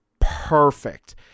perfect